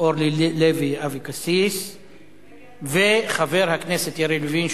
אורלי לוי אבקסיס וחבר הכנסת יריב לוין,